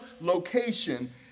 location